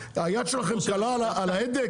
היד שלכם קלה על ההדק?